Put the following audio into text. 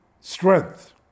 strength